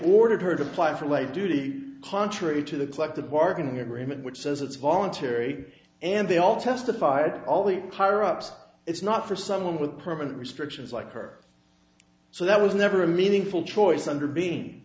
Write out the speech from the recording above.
her to apply for lay duty contrary to the collective bargaining agreement which says it's voluntary and they all testified all the higher ups it's not for someone with permanent restrictions like her so that was never a meaningful choice under being